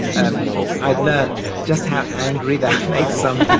and i learned just how angry that makes some. and